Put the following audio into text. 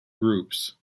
groups